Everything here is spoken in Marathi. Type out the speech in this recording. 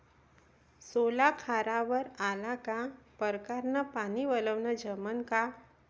सोला खारावर आला का परकारं न पानी वलनं जमन का?